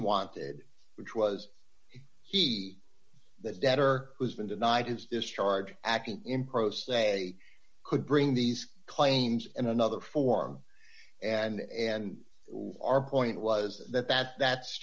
wanted which was he the debtor who's been denied his discharge acting in pro se could bring these claims in another form and our point was that that that's